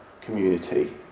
community